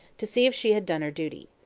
to see if she had done her duty.